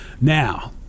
now